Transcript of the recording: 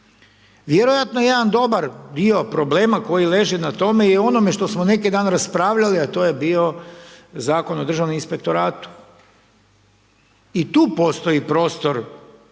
Vjerojatno jedan dobar dio problema koji leži na tome je u onome što smo neki dan raspravljali a to je bio Zakon o državnom inspektoratu. I tu postoji prostor